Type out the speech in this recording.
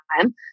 time